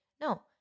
no